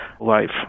life